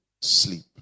Sleep